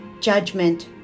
judgment